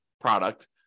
product